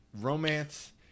romance –